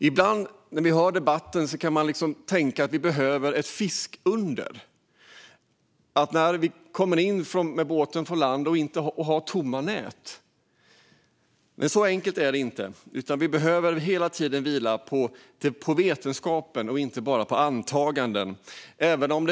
Ibland när man hör debatten kan man tänka att vi liksom behöver ett fiskunder, där vi kommer in med båten till land och inte har tomma nät. Men så enkelt är det inte, utan vi behöver hela tiden vila på vetenskapen och inte bara på antaganden.